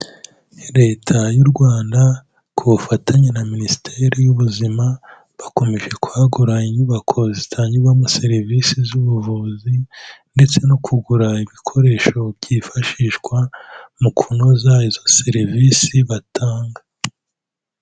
Leta y'u Rwanda ku bufatanye na minisiteri y'ubuzima, bakomeje kugura inyubako zitangirwamo serivisi z'ubuvuzi, ndetse no kugura ibikoresho byifashishwa mu kunoza izo serivisi batanga.